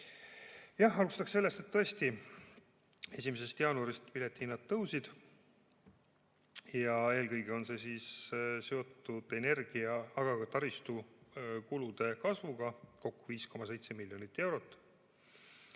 Jah, alustaksin sellest, et tõesti 1. jaanuarist piletihinnad tõusid. Eelkõige on see seotud energia-, aga ka taristukulude kasvuga, kokku 5,7 miljonit eurot.